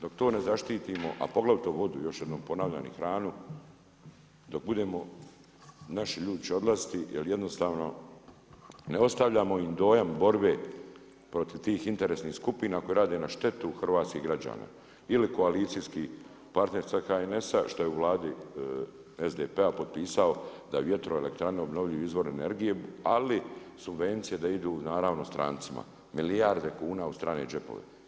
Dok to ne zaštitimo, a poglavito vodu još jednom ponavljam i hranu, dok budemo, naši ljudi će odlaziti jer jednostavno ne ostavljamo im dojam borbe protiv tih interesnih skupina koje rade na štetu hrvatskih građana ili koalicijski partner HNS-a što je u Vladi SDP-a potpisao da vjetroelektrane obnovljivi izvor energije, ali subvencije da idu naravno strancima, milijarde kuna u strane džepove.